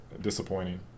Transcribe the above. disappointing